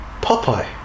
Popeye